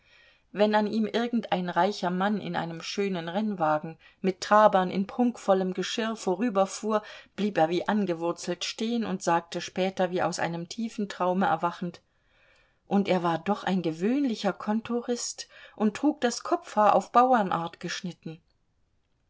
wenn an ihm irgendein reicher mann in einem schönen rennwagen mit trabern in prunkvollem geschirr vorüberfuhr blieb er wie angewurzelt stehen und sagte später wie aus einem tiefen traume erwachend und er war doch ein gewöhnlicher kontorist und trug das kopfhaar auf bauernart geschnitten